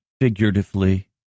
Figuratively